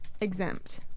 exempt